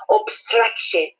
obstruction